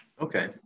Okay